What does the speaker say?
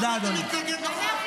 למה את בעמידה?